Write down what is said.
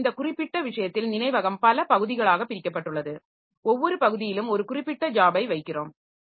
எனவே இந்த குறிப்பிட்ட விஷயத்தில் நினைவகம் பல பகுதிகளாகப் பிரிக்கப்பட்டுள்ளது ஒவ்வொரு பகுதியிலும் ஒரு குறிப்பிட்ட ஜாபை வைக்கிறோம்